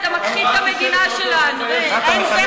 להכחדת המדינה היהודית,